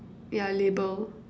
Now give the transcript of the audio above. ya label